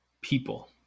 people